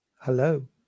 hello